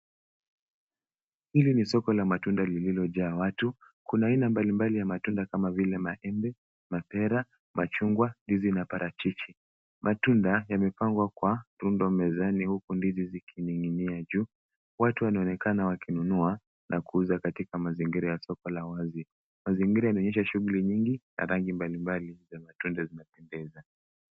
Hili ni soko la matunda lililojaa watu. Kuna aina mbalimbali ya matunda kama vile maembe, mapera, ndizi na parachichi. Matunda yamepangwa kwarundo mezani huku ndizi zikining'inia juu. Watu wanaonekana wakinunua na kuuza katika mazingira ya soko la wazi. Mazingira yanaonyesha shughuli nyingi na rangi mbalimbali za matunda zinapendeza.